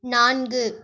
நான்கு